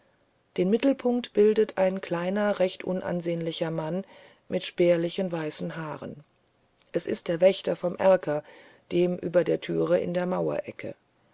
den mittelpunkt bildet ein kleiner recht unansehnlicher mann mit spärlichen weißen haaren es ist der wächter vom erker dem über der tür in der mauerecke